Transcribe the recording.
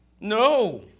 No